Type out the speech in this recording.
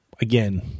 again